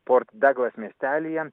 port daglas miestelyje